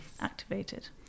activated